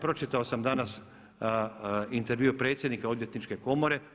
Pročitao sam danas intervju predsjednika Odvjetničke komore.